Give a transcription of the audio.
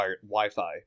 Wi-Fi